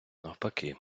навпаки